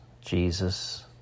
Jesus